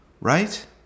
right